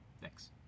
thanks